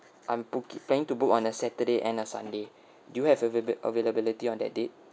I'm booki~ planning to book on a saturday and a sunday do you have avalab~ availability on that date